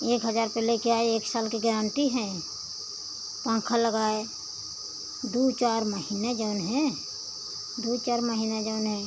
एक हजार पे ले के आए एक साल की गारंटी है पंखा लगाए दो चार महीने जौन है दो चार महीने जौन है